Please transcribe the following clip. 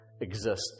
exist